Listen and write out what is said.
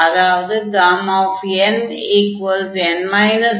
அதாவது nn 1